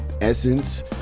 Essence